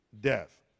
death